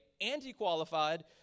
anti-qualified